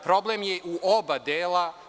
Problem je u oba dela.